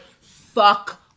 fuck